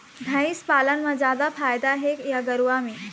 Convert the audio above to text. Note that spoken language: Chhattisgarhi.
भंइस पालन म जादा फायदा हे या गरवा में?